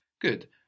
Good